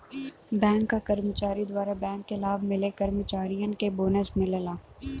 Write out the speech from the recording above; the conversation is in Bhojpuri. बैंक क कर्मचारी द्वारा बैंक के लाभ मिले कर्मचारियन के बोनस मिलला